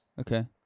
okay